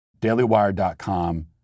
DailyWire.com